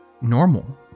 normal